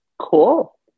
Cool